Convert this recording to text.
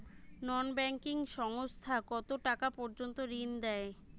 নন banking সংস্থা কতটাকা পর্যন্ত ঋণ দেয়?